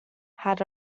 had